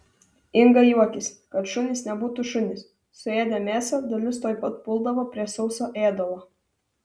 inga juokiasi kad šunys nebūtų šunys suėdę mėsą dalis tuoj pat puldavo prie sauso ėdalo